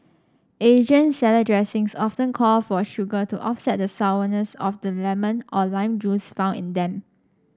Asian salad dressings often call for sugar to offset the sourness of the lemon or lime juice found in them